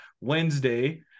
Wednesday